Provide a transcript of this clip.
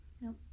Nope